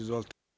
Izvolite.